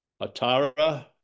Atara